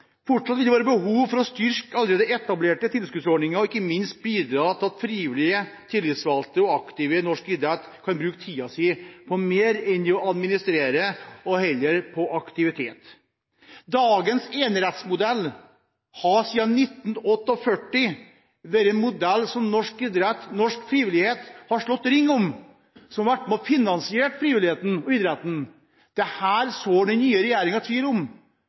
Fortsatt vil det være behov for å styrke allerede etablerte tilskuddsordninger og ikke minst bidra til at frivillige, tillitsvalgte og aktive i norsk idrett kan bruke mer av tiden sin på annet enn å administrere – og heller på aktivitet. Dagens enerettsmodell har siden 1948 vært en modell som norsk idrett, norsk frivillighet har slått ring om, som har vært med og finansiert frivilligheten og idretten. Dette sår den nye regjeringen tvil om